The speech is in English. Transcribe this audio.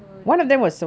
so the pr~